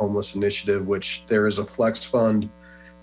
homeless initiative which there is a flex fund